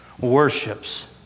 worships